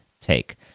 take